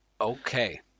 Okay